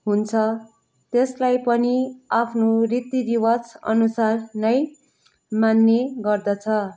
हुन्छ त्यसलाई पनि आफ्नो रीतिरिवाजअनुसार नै मान्ने गर्दछ